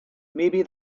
maybe